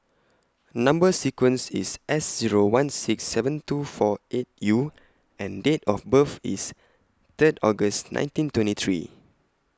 Number sequence IS S Zero one six seven two four eight U and Date of birth IS Third August nineteen twenty three